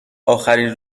اخرین